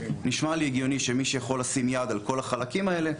נשמע לי הגיוני שמי שיכול לשים יד על כל החלקים האלה,